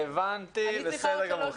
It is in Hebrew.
הבנתי, בסדר גמור.